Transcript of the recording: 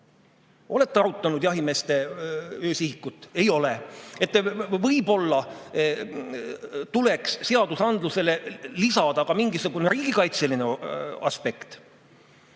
olete arutanud jahimeeste öösihikut? Ei ole. Võib-olla tuleks seadusele lisada ka mingisugune riigikaitseline aspekt. Nii